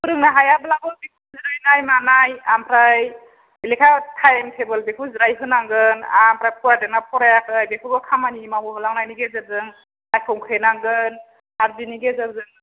फोरोंनो हायाब्लाबो टिउसन होनाय मानाय ओमफ्राय लेखा टाइम टेबोल बेखौ जिरायहोनांगोन ओमफ्राय फरायदों ना फरायाखै बेखौबो खामानि मावहो होलांनायनि गेजेरजों नायखंख्रेनांगोन आरो बिनि गेजेरजों नोङो